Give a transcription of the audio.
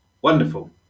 Wonderful